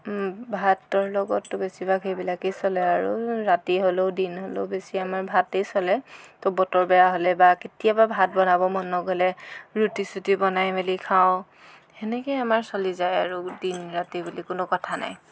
ভাতৰ লগততো তেনেকৈ সেইবিলাকে চলে আৰু ৰাতি হ'লেও দিন হ'লেও বেছি আমাৰ ভাতেই চলে ত বতৰ বেয়া হ'লে বা কেতিয়াবা ভাত বনাব মন নগ'লে ৰুটি চুতি বনাই মেলি খাওঁ সেনেকৈয়ে আমাৰ চলি যায় আৰু দিন ৰাতি বুলি কোনো কথা নাই